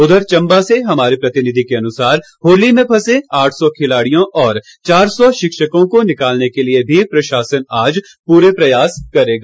उधर चंबा से हमारे प्रतिनिधि के अनुसार होली में फंसे आठ सौ खिलाड़ियों और चार सौ शिक्षकों को निकालने के लिए प्रशासन आज पूरे प्रयास करेगा